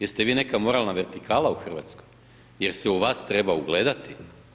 Jeste vi neka moralna vertikala u Hrvatskoj? jel' se u vas treba ugledati?